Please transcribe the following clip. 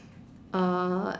uh